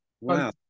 Wow